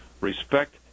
respect